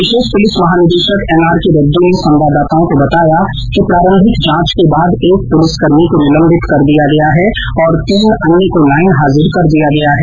विर्शेष police महानिदेशक N R K Reddy ने संवाददाताओं को बताया कि प्रारम्भिक जांच के बाद एक पुलिसकर्मी को निलंबित कर दिया गया है और तीन अन्य को लाईन हाजिर कर दिया गया है